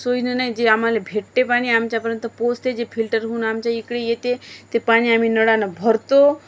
सोयीनं नाही जे आम्हाला भेटते पाणी आमच्यापर्यंत पोचते जे फिल्टर होऊन आमच्या इकडे येते ते पाणी आम्ही नळांना भरतो